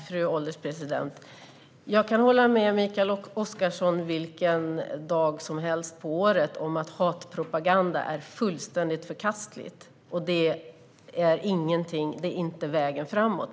Fru ålderspresident! Jag kan hålla med Mikael Oscarsson vilken dag som helst på året om att hatpropaganda är fullständigt förkastligt. Det är inte vägen framåt.